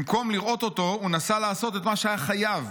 במקום לראות אותו, הוא נסע לעשות את מה שהיה חייב